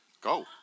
Go